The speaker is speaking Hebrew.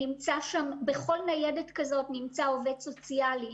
בכל ניידת כזאת נמצא עובד סוציאלי,